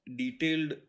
detailed